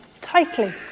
tightly